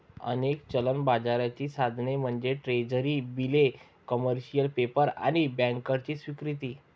अनेक चलन बाजाराची साधने म्हणजे ट्रेझरी बिले, कमर्शियल पेपर आणि बँकर्सची स्वीकृती